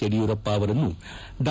ಯಡಿಯೂರಪ್ಪ ಅವರನ್ನು ಡಾ